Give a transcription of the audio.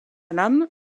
lame